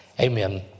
Amen